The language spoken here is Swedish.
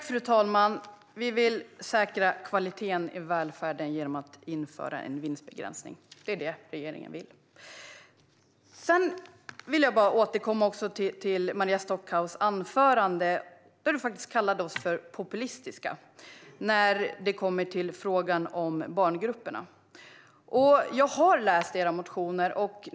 Fru talman! Vi vill säkra kvaliteten i välfärden genom att införa en vinstbegränsning. Det är det regeringen vill. Maria Stockhaus! Jag vill återkomma till ditt huvudanförande, där du kallade oss populistiska. Det gällde frågan om barngrupperna. Jag har läst era motioner.